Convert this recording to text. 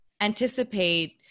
anticipate